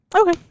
Okay